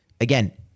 again